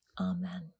Amen